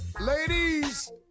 Ladies